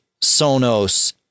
Sonos